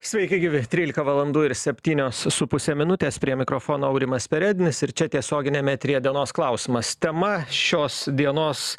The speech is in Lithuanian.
sveiki gyvi trylika valandų ir septynios su puse minutės prie mikrofono aurimas perednis ir čia tiesioginiame eteryje dienos klausimas tema šios dienos